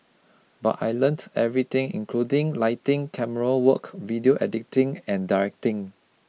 but I learnt everything including lighting camerawork video editing and directing